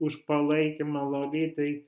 už palaikymą lolitai